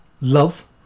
Love